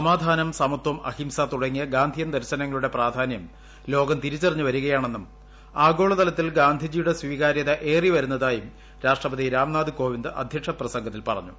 സമാധാനം സമത്വം അഹിംസ തുടങ്ങിയ ഗാന്ധിയൻ ദർശനങ്ങളുടെ പ്രാധാനൃം ലോകം തിരിച്ചറിഞ്ഞു വരികയാണെന്നും ആഗോളതലത്തിൽ ഗാന്ധിജിയുടെ സ്വീകാര്യത ഏറി വരുന്നതായും രാഷ്ട്രപതി രാംനാഥ് കോവിന്ദ് അധ്യക്ഷ പ്രസംഗത്തിൽ പറഞ്ഞു